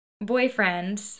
boyfriend